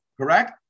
correct